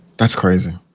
that's crazy.